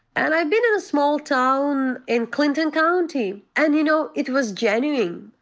and i've been in a small town in clinton county. and you know, it was genuine.